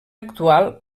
actual